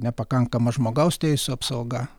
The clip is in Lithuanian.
nepakankama žmogaus teisių apsauga